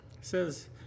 says